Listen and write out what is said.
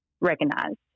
recognized